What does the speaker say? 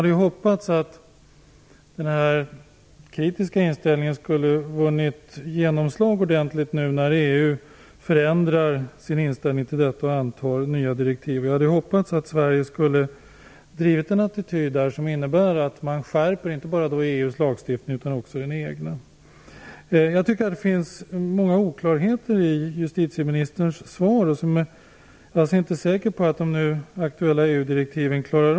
Man hade hoppats att den här kritiska inställningen skulle ha vunnit genomslag ordentligt när nu EU förändrar sin inställning och antar nya direktiv. Jag hade hoppats att Sverige skulle ha intagit en attityd som innebär att man skärper inte bara EU:s lagstiftning utan också den egna. Jag tycker att det finns många oklarheter i justitieministerns svar. Jag är inte säker på att de nu aktuella EU-direktiven räcker.